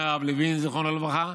אומר הרב לוין, זיכרונו לברכה,